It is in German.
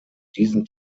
diesen